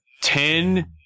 ten